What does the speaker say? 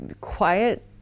quiet